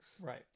Right